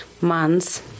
months